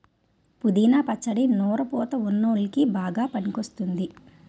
పుదీనా పచ్చడి నోరు పుతా వున్ల్లోకి బాగా పనికివస్తుంది